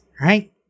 right